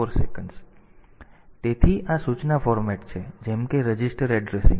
તેથી આ સૂચના ફોર્મેટ છે જેમ કે રજિસ્ટર એડ્રેસિંગ